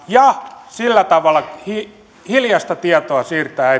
ja sillä tavalla hiljaista tietoa siirtää